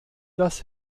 dass